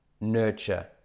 nurture